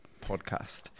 podcast